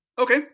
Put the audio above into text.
Okay